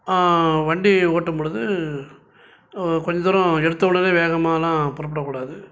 வண்டி ஓட்டும் பொழுது கொஞ்ச தூரம் எடுத்த உடனே வேகமாகலாம் புறப்படக்கூடாது